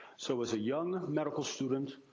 so, as a young medical student,